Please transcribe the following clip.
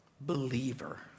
Believer